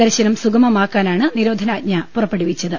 ദർശനം സുഗമമാക്കാനാണ് നിരോധനാജ്ഞ പുറപ്പെടുവിച്ചത്